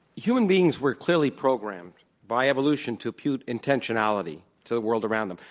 human beings were clearly programmed by evolution to impute intentionality to the world around them.